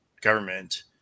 government